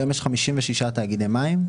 היום יש 56 תאגידי מים,